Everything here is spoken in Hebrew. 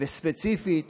וספציפית